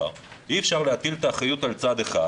אי-אפשר להטיל את האחריות על צד אחד,